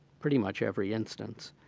pretty much, every instance.